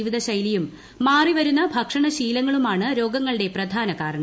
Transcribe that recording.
ജീവിതശൈലിയും മാറിവരുന്ന ഭക്ഷണശീലങ്ങളുമാണ് രോഗങ്ങളുട്ടെ പ്രധാന കാരണം